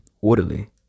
orderly